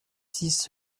six